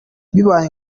bibaye